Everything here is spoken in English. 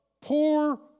poor